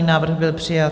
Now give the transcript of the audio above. Návrh byl přijat.